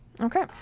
Okay